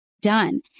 done